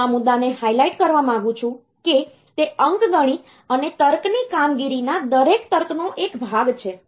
હું આ મુદ્દાને હાઇલાઇટ કરવા માંગુ છું કે તે અંકગણિત અને તર્કની કામગીરીના દરેક તર્કનો એક ભાગ છે